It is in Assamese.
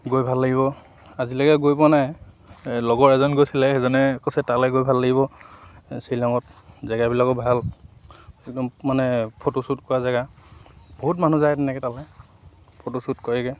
গৈ ভাল লাগিব আজিলৈকে গৈ পোৱা নাই এই লগৰ এজন গৈছিলে সেইজনে কৈছে তালে গৈ ভাল লাগিব শ্বিলঙত জেগাবিলাকো ভাল একদম মানে ফটোশ্বুট কৰা জেগা বহুত মানুহ যায় তেনেকৈ তালৈ ফটোশ্বুট কৰেগৈ